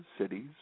cities